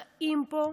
חיים פה.